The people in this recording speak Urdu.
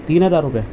تین ہزار روپے